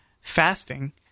fasting